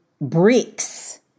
bricks